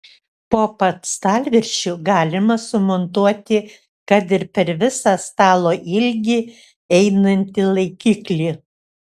po pat stalviršiu galima sumontuoti kad ir per visą stalo ilgį einantį laikiklį